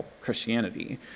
christianity